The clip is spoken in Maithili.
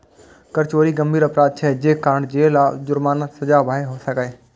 कर चोरी गंभीर अपराध छियै, जे कारण जेल आ जुर्मानाक सजा भए सकैए